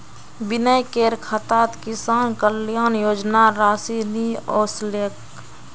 विनयकेर खातात किसान कल्याण योजनार राशि नि ओसलेक